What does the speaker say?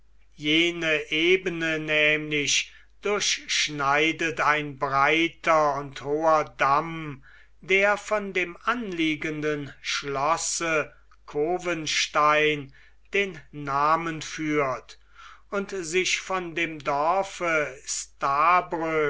jene ebene nämlich durchschneidet ein breiter und hoher damm der von dem anliegenden schlosse cowenstein den namen führt und sich von dem dorfe